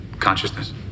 consciousness